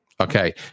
Okay